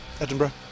Edinburgh